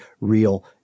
real